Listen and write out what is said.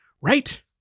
right